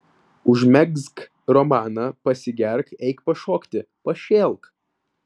užmegzk romaną pasigerk eik pašokti pašėlk